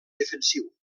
defensiu